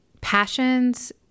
passions